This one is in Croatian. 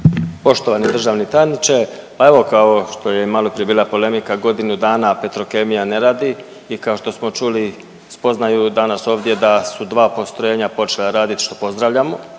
Poštovani državni tajniče, pa evo kao što je malo prije bila polemika godinu dana Petrokemija ne radi i kao što smo čuli spoznaju danas ovdje da su dva postrojenja počela raditi što pozdravljamo